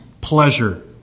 pleasure